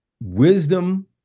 wisdom